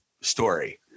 story